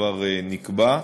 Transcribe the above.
שכבר נקבע,